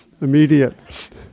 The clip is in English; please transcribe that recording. immediate